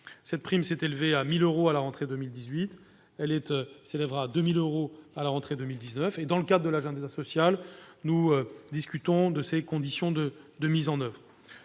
La prime s'est élevée à 1 000 euros à la rentrée de 2018 ; elle sera de 2 000 euros à la rentrée de 2019. Dans le cadre de l'agenda social, nous discutons de ses conditions de mise en oeuvre.